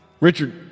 Richard